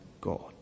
God